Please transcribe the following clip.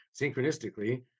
Synchronistically